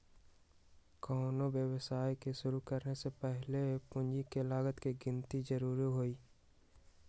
कोनो व्यवसाय के शुरु करे से पहीले पूंजी के लागत के गिन्ती जरूरी हइ